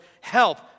help